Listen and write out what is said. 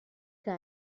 que